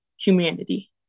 humanity